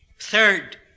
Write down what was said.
Third